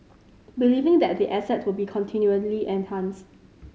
believing that the asset will be continuously enhanced